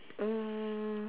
mm